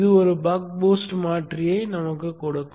இது ஒரு buck boost மாற்றியை கொடுக்கும்